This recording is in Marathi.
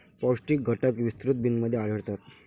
पौष्टिक घटक विस्तृत बिनमध्ये आढळतात